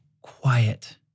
quiet